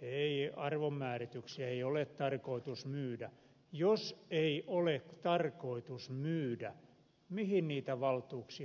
ei arvonmäärityksiä ei ole tarkoitus myydä niin jos ei ole tarkoitus myydä mihin niitä valtuuksia tarvitaan